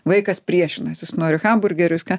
vaikas priešinas jis nori hamburgerio jis ką